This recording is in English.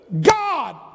God